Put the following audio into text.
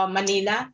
Manila